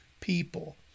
People